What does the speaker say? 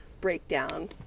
breakdown